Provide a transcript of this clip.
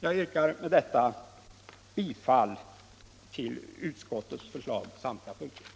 Jag yrkar med detta bifall till utskottets hemställan på samtliga punkter.